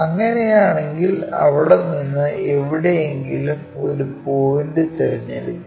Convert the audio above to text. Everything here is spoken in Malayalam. അങ്ങനെയാണെങ്കിൽ അവിടെ നിന്ന് എവിടെയെങ്കിലും ഒരു പോയിന്റ് തിരഞ്ഞെടുക്കുക